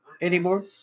anymore